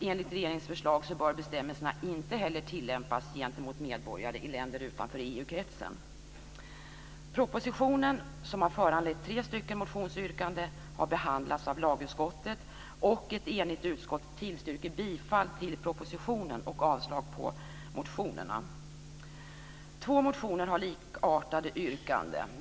Enligt regeringens förslag bör bestämmelserna inte heller tillämpas gentemot medborgare i länder utanför Propositionen, som har föranlett tre motionsyrkanden, har behandlats av lagutskottet och ett enigt utskott tillstyrker bifall till propositionen och avslag på motionerna. Två motioner har likartade yrkanden.